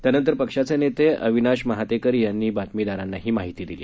त्यानंतर पक्षाचे नेते अविनाश महातेकर यांनी बातमीदारांना ही माहिती दिली